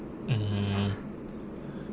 mm